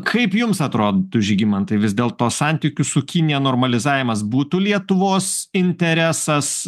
kaip jums atrodytų žygimantai vis dėlto santykių su kinija normalizavimas būtų lietuvos interesas